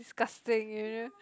disgusting you know